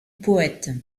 poète